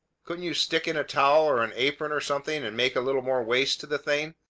couldn't you stick in a towel or an apron or something, and make a little more waist to the thing?